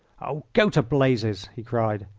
oh, go to blazes! he cried,